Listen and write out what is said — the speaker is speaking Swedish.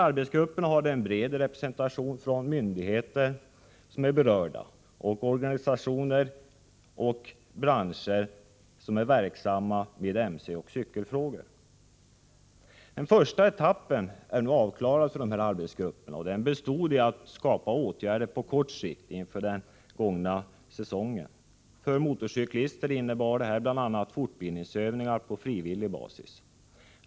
Arbetsgrupperna har en bred representation från myndigheter, organisationer och branscher som berörs av mcoch cykelfrågor. Den första etappen för arbetsgrupperna är nu avklarad. Den bestod av åtgärder på kort sikt att sättas in under den nu gångna säsongen. För motorcyklister innebar det bl.a. fortbildningsövningar på frivillig basis.